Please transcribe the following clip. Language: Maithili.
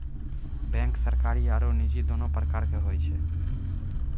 बेंक सरकारी आरो निजी दोनो प्रकार के होय छै